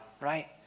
right